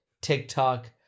TikTok